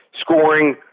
scoring